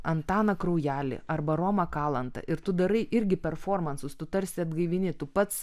antaną kraujelį arba romą kalantą ir tu darai irgi performansus tu tarsi atgaivini tu pats